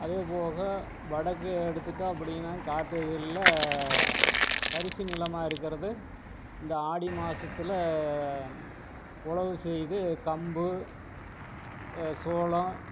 அதே போக வடக்கே எடுத்துகிட்டா அப்படின்னா காட்டுகளில் தரிசு நிலமாக இருக்கிறது இந்த ஆடி மாசத்தில் உழவு செய்து கம்பு சோளம்